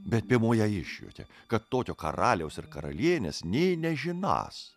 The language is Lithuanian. bet piemuo ją išjuokė kad tokio karaliaus ir karalienės nė nežinąs